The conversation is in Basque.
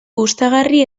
gustagarri